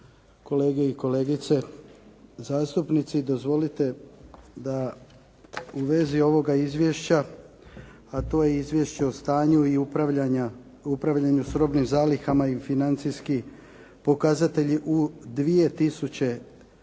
kolege i kolegice zastupnici. Dozvolite da u vezi ovoga izvješća, a to je Izvješće o stanju i upravljanju s robnim zalihama i financijski pokazatelji u 2007. godini